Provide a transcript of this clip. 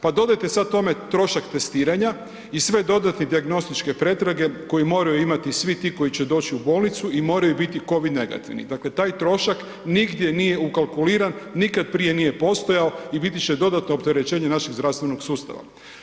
Pa dodajte sad tome trošak testiranja i sve dodatne dijagnostičke pretrage koje moraju imati svi ti koji će doći u bolnicu i moraju biti COVID negativni, dakle taj trošak nigdje ukalkuliran, nikad prije nije postojao i biti će dodatno opterećenje našeg zdravstvenog sustava.